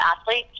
athletes